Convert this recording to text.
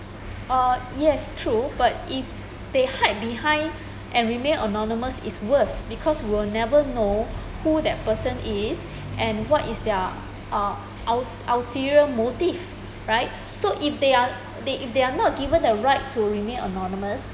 uh yes true but if they hide behind and remain anonymous is worst because it will never know who that person is and what is their uh ul~ ulterior motive right so if they are if they are not given the right to remain anonymous